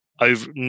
over